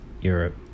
Europe